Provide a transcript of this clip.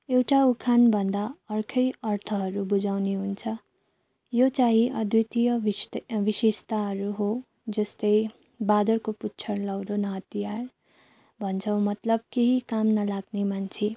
एउटा उखान भन्दा अर्कै अर्थहरू बुझाउने हुन्छ यो चाहिँ अद्वितीय विशेष विशेषताहरू हो जस्तै बाँदरको पुच्छर लौरो न हतियार भन्छौँ मतलब केही काम नलाग्ने मान्छे